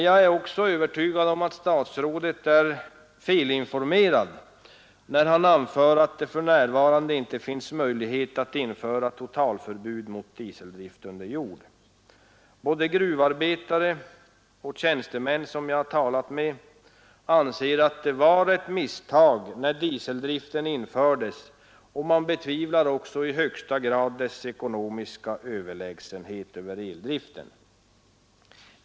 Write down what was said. Jag är också övertygad om att statsrådet är felinformerad när han anför att det för närvarande inte finns möjlighet att införa totalförbud mot dieseldrift under jord. Både gruvarbetare och tjänstemän som jag har talar med anser att det var ett misstag när dieseldriften infördes, och man betvivlar också i högsta grad dess ekonomiska överlägsenhet över eldriften.